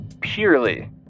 purely